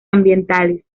ambientales